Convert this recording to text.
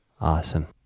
Awesome